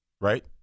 Right